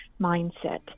mindset